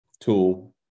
tool